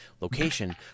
location